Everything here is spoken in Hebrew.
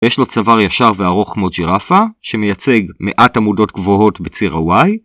יש לו צוואר ישר וארוך כמו ג'ירפה, שמייצג מעט עמודות גבוהות בציר ה y.